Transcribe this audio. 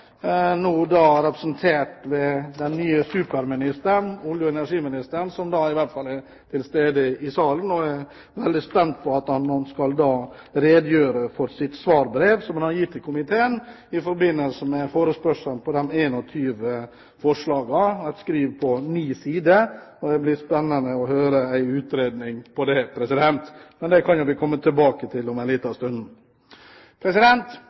representert ved den nye superministeren, olje- og energiministeren, som i hvert fall er til stede i salen. Jeg er veldig spent på at han skal redegjøre for svarbrevet som er gitt til komiteen i forbindelse med forespørsel på de 21 forslagene – et skriv på syv sider. Det blir spennende å høre en utredning om dette, men det kan vi jo komme tilbake til om